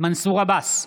מנסור עבאס,